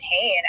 pain